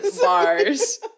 Bars